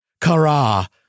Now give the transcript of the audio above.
Kara